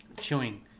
chewing